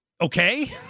Okay